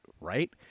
right